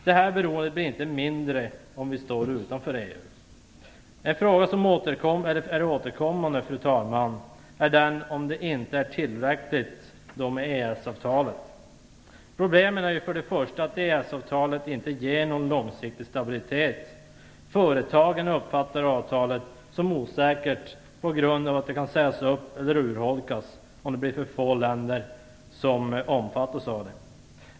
Detta beroende blir inte mindre om vi står utanför EU. En fråga som är återkommande, fru talman, är om det inte är tillräckligt med EES-avtalet. Problemet är att EES-avtalet inte ger någon långsiktig stabilitet. Företagen uppfattar avtalet som osäkert på grund av att det kan sägas upp eller urholkas om det blir för få länder som omfattas av det.